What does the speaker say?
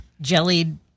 jellied